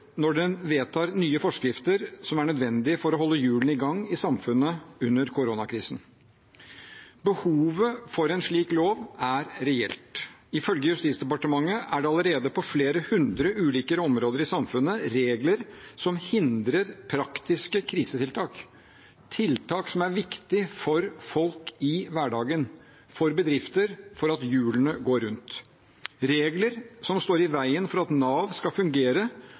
når den vedtar nye forskrifter som er nødvendige for å holde hjulene i gang i samfunnet under koronakrisen. Behovet for en slik lov er reelt. Ifølge Justisdepartementet er det allerede på flere hundre ulike områder i samfunnet regler som hindrer praktiske krisetiltak – tiltak som er viktige for folk i hverdagen, for bedrifter, for at hjulene går rundt regler som står i veien for at Nav skal fungere